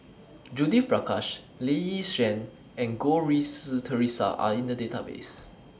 Judith Prakash Lee Yi Shyan and Goh Rui Si Theresa Are in The Database